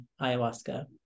ayahuasca